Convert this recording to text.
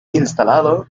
instalado